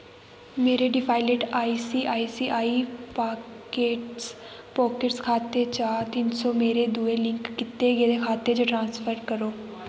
मेरे default ICICI pockets pockets खाते चा तिन सौ मेरे दुए लिंक कीते गेदे खाते च ट्रांसफर करो